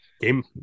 Game